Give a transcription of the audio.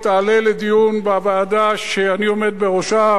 היא תעלה לדיון בוועדה שאני עומד בראשה,